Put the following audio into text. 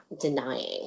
denying